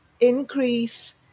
increase